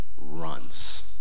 runs